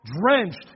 drenched